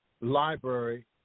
Library